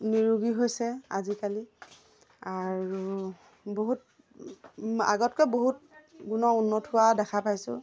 নিৰোগী হৈছে আজিকালি আৰু বহুত আগতকৈ বহুত গুণ উন্নত হোৱা দেখা পাইছোঁ